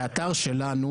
זה אתר שלנו,